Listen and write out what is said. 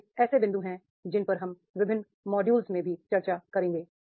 ये ऐसे बिंदु हैं जिन पर हम विभिन्न मॉड्यूलों में भी चर्चा करेंगे